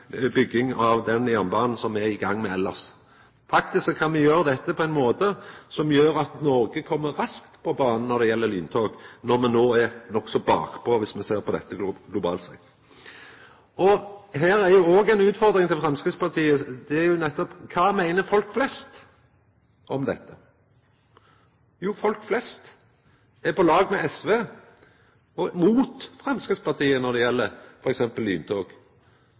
bygging av lyntog – no er me nokså bakpå, viss me ser på dette globalt. Her er det nettopp ei utfordring til Framstegspartiet: Kva meiner folk flest om dette? Jo, folk flest er på lag med SV, og mot Framstegspartiet når det gjeld